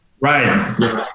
Right